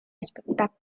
espectáculo